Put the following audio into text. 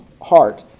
heart